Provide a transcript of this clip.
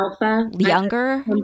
younger